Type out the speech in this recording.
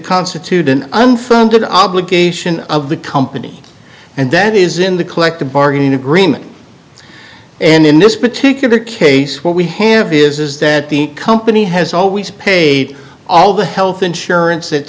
constitute an unfunded obligation of the company and that is in the collective bargaining agreement and in this particular case what we have is that the company has always paid all the health insurance that